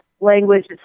language